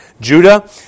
Judah